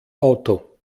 auto